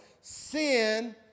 sin